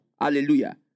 Hallelujah